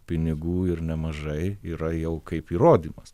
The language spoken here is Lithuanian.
pinigų ir nemažai yra jau kaip įrodymas